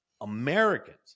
Americans